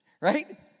right